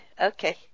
Okay